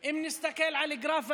אם נסתכל על הגרף,